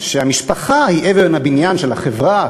שהמשפחה היא אבן הבניין של החברה,